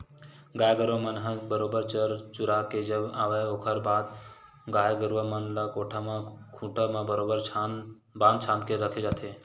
गाय गरुवा मन ह बरोबर चर चुरा के जब आवय ओखर बाद गाय गरुवा मन ल कोठा म खूंटा म बरोबर बांध छांद के रखे जाथे